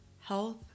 health